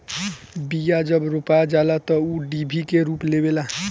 बिया जब रोपा जाला तअ ऊ डिभि के रूप लेवेला